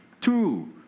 Two